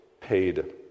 paid